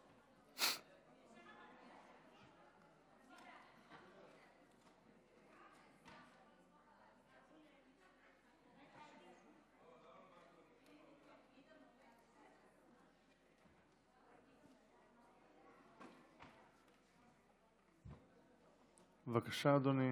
בבקשה, אדוני.